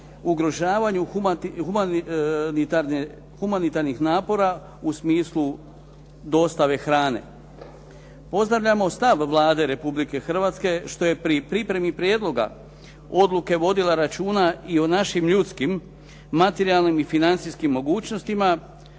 ugrožavanju humanitarnih napora u smislu dostave hrane. Pozdravljamo stav Vlade Republike Hrvatske što je pri pripremi prijedloga odluke vodila računa i o našim ljudskim, materijalnim i financijskim mogućnostima,